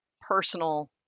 personal